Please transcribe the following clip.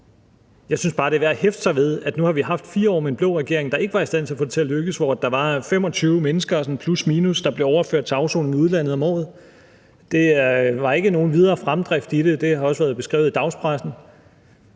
Jeg synes bare, det er værd at hæfte sig ved, at vi nu har haft 4 år med en blå regering, der ikke var i stand til at få det til at lykkes, altså hvor der var 25 mennesker sådan plus/minus, der blev overført til afsoning i udlandet om året. Der var ikke nogen videre fremdrift i det, og det har også været beskrevet i dagspressen.